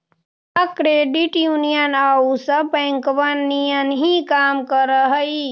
का credit union आउ सब बैंकबन नियन ही काम कर हई?